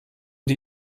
die